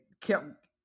kept